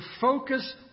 focus